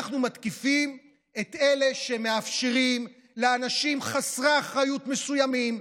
אנחנו מתקיפים את אלה שמאפשרים לאנשים חסרי אחריות מסוימים,